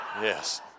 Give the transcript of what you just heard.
Yes